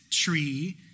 tree